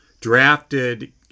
drafted